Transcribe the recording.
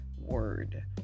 Word